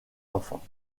enfants